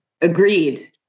Agreed